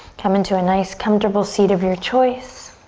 come into a nice comfortable seat of your choice.